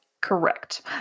Correct